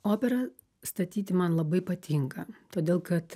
operą statyti man labai patinka todėl kad